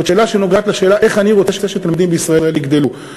זאת שאלה שנוגעת לשאלה איך אני רוצה שתלמידים בישראל יגדלו.